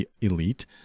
Elite